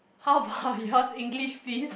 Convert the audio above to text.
how about yours English please